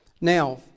Now